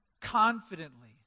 confidently